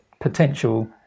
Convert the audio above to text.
potential